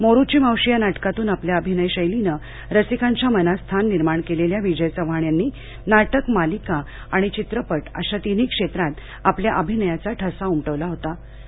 मोरूची मावशी या नाटकातून आपल्या अभिनयशैलीनं रसिकांच्या मनात स्थान निर्माण केलेल्या विजय चव्हाण यांनी नाटक मालिका आणि चित्रपट अशा तिन्ही क्षेत्रात आपल्या अभिनयाचा ठसा उमटवला होतं